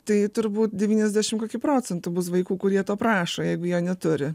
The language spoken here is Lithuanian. tai turbūt devyniasdešim koki procentų bus vaikų kurie to prašo jeigu jo neturi